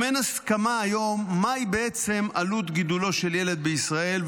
גם אין הסכמה היום מהי בעצם עלות גידולו של ילד בישראל,